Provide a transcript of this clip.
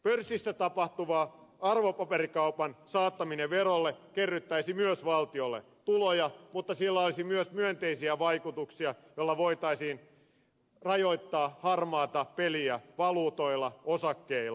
pörssissä tapahtuvan arvopaperikaupan saattaminen verolle kerryttäisi myös valtion tuloja mutta sillä olisi myös myönteisiä vaikutuksia joilla voitaisiin rajoittaa harmaata peliä valuutoilla osakkeilla